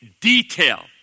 detail